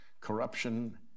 corruption